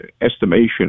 estimation